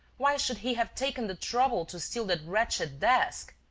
why should he have taken the trouble to steal that wretched desk?